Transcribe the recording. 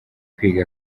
kwiga